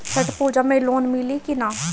छठ पूजा मे लोन मिली की ना?